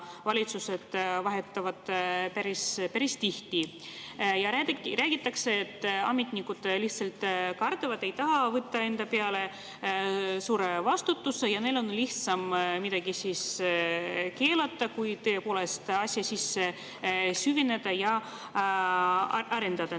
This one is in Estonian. Valitsused vahetuvad päris tihti ja räägitakse, et ametnikud lihtsalt kardavad, ei taha võtta enda peale suurt vastutust ja neil on lihtsam midagi keelata kui tõepoolest asjasse süveneda ja asju arendada.